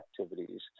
activities